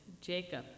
Jacob